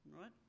right